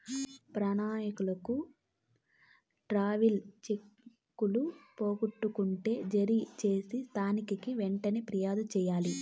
ప్రయాణికులు ట్రావెలర్ చెక్కులు పోగొట్టుకుంటే జారీ చేసిన సంస్థకి వెంటనే ఫిర్యాదు చెయ్యాలి